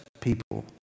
people